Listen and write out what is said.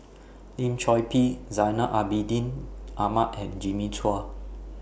Lim Chor Pee Zainal Abidin Ahmad and Jimmy Chua